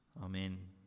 Amen